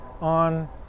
on